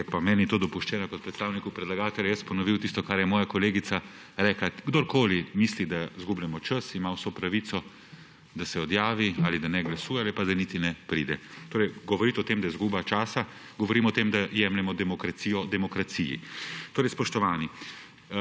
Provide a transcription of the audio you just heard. ker je pa meni to dopuščeno kot predstavniku predlagatelja, jaz ponovil tisto, kar je moja kolegica rekla. Kdorkoli misli, da izgubljamo čas, ima vso pravico, da se odjavi ali da ne glasuje ali pa da niti ne pride. Govoriti o tem, da je izguba časa, govorimo o tem, da jemljemo demokracijo demokraciji. Spoštovani!